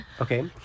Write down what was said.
Okay